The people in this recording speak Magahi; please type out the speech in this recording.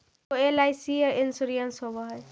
ऐगो एल.आई.सी इंश्योरेंस होव है?